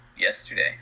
yesterday